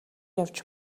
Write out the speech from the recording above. явж